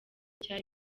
cyari